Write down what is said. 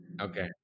Okay